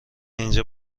اینجا